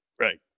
right